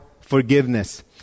forgiveness